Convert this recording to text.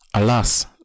Alas